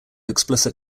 explicit